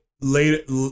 later